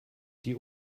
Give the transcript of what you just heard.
die